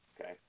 Okay